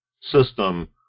system